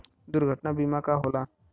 दुर्घटना बीमा का होला?